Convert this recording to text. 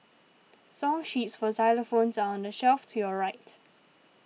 song sheets for xylophones are on the shelf to your right